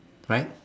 right